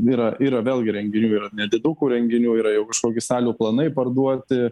yra yra vėlgi renginių yra nedidukų renginių yra jau kažkokie salių planai parduoti